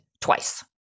twice